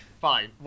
Fine